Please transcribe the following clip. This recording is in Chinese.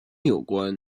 有关